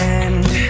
end